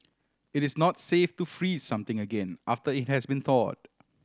it is not safe to freeze something again after it has been thawed